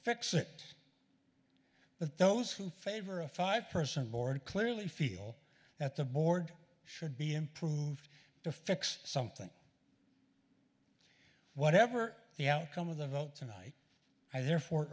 fix it but those who favor a five person board clearly feel that the board should be improved to fix something whatever the outcome of the vote tonight i therefor